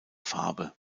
farbe